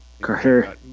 Carter